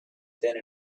than